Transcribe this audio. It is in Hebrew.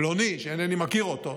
פלוני שאינני מכיר אותו,